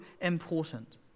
important